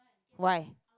why